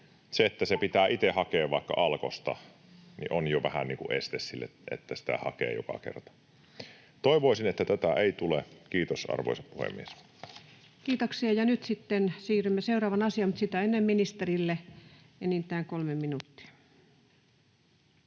se, että se pitää itse hakea vaikka Alkosta, on jo vähän niin kuin este sille, että sitä hakisi joka kerta. Toivoisin, että tätä ei tule. — Kiitos, arvoisa puhemies. Kiitoksia. — Ja nyt sitten siirrymme seuraavaan asiaan, mutta sitä ennen ministerille enintään kolme minuuttia.